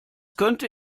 könnte